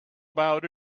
about